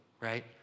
right